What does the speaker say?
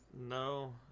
No